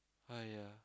!aiya!